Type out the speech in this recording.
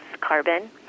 carbon